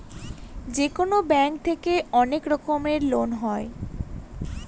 যেকোনো ব্যাঙ্ক থেকে অনেক রকমের লোন হয়